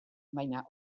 baina